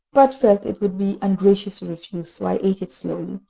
but felt it would be ungracious to refuse, so i ate it slowly,